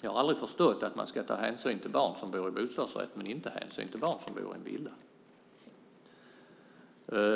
Jag har aldrig förstått att man ska ta hänsyn till barn som bor i bostadsrätt men inte till barn som bor i villa.